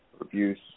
abuse